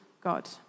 God